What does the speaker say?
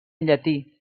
llatí